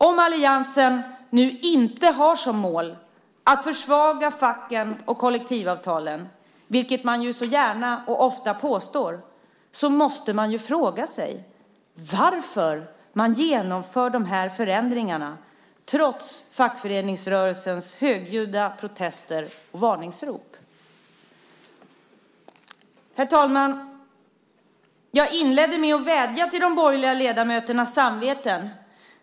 Om alliansen inte har som mål att försvaga facken och kollektivavtalen, vilket man så gärna och ofta påstår, måste man fråga sig varför man genomför de här förändringarna trots fackföreningsrörelsens högljudda protester och varningsrop. Herr talman! Jag inledde med att vädja till de borgerliga ledamöternas samveten.